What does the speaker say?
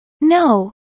No